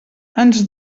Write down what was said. ens